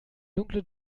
dunkle